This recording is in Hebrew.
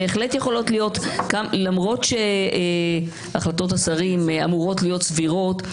למרות שהחלטות השרים אמורות להיות סבירות,